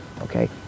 okay